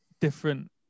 different